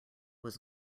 was